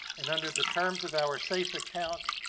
and under the terms of our safe account